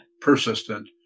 persistent